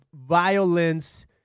violence